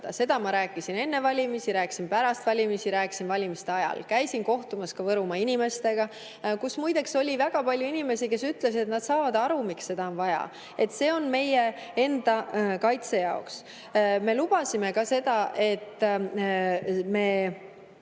Seda ma rääkisin enne valimisi, rääkisin pärast valimisi, rääkisin valimiste ajal. Käisin ka kohtumas Võrumaa inimestega. Seal muideks oli väga palju selliseid inimesi, kes ütlesid, et nad saavad aru, miks seda on vaja – see on meie enda kaitse jaoks. Me lubasime, et teeme